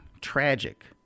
tragic